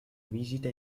visite